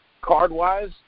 Card-wise